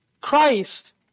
Christ